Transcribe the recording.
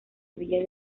villa